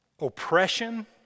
Oppression